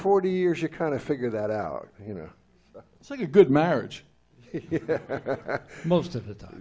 forty years you kind of figure that out you know it's like a good marriage most of the time